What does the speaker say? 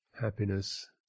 happiness